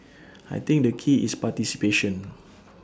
I think the key is participation